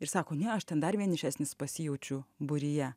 ir sako ne aš ten dar vienišesnis pasijaučiu būryje